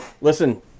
Listen